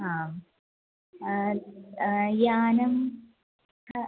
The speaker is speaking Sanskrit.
आम् यानं क